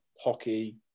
hockey